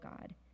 God